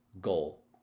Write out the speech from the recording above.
goal